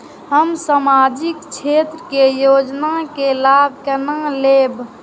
हम सामाजिक क्षेत्र के योजना के लाभ केना लेब?